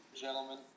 gentlemen